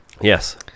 Yes